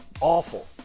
awful